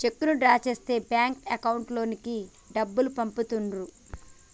చెక్కును డ్రా చేస్తే bank account లోకి డబ్బులు పంపుతుర్రు